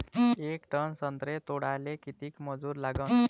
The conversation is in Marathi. येक टन संत्रे तोडाले किती मजूर लागन?